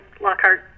Lockhart